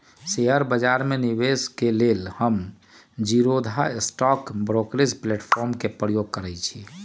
share बजार में निवेश के लेल हम जीरोधा स्टॉक ब्रोकरेज प्लेटफार्म के प्रयोग करइछि